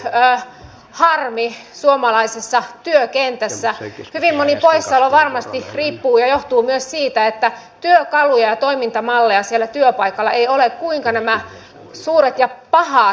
tänään harmi suomalaisessa työkentässä milanin ohessa varmasti niin huijattu ja siitä että työ ja toimintamalleja sillä työpaikalla ei ole kuinka nämä suuret ja paha